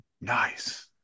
Nice